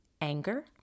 anger